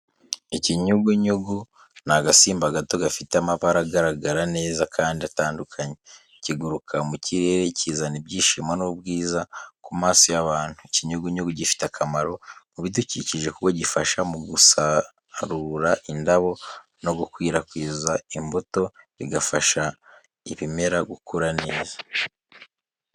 Ikinyugunyugu ni agasimba gato gafite amababa agaragara neza kandi atandukanye. Kiguruka mu kirere, kizana ibyishimo n’ubwiza ku maso y’abantu. Ikinyugunyugu gifite akamaro mu bidukikije kuko gifasha mu gusarura indabo no gukwirakwiza imbuto, bigafasha ibimera gukura neza.